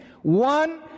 One